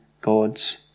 God's